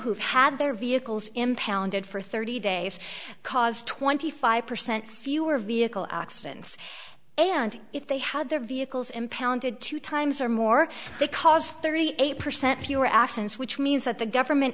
who've had their vehicles impounded for thirty days cause twenty five percent fewer vehicle accidents and if they had their vehicles impounded two times or more the cars thirty eight percent fewer accidents which means that the government